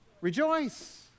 Rejoice